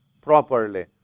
properly